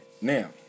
Now